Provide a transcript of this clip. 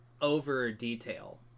over-detail